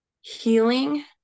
healing